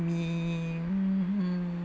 me um